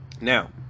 Now